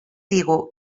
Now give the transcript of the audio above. digu